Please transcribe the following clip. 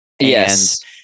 Yes